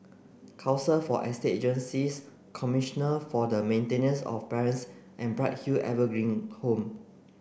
Council for Estate Agencies Commissioner for the Maintenance of Parents and Bright Hill Evergreen Home